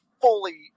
fully